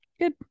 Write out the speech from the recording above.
good